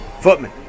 Footman